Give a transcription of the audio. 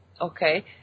okay